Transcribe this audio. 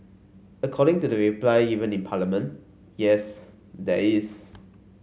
according to the reply given in Parliament yes there is